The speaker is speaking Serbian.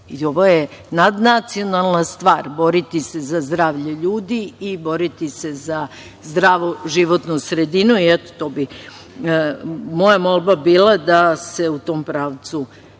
Ovo je nadnacionalan stvar, boriti se za zdravlje ljudi i boriti se za zdravu životnu sredinu. Eto, to bi moja molba bila da se u tom pravcu krene